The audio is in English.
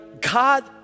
God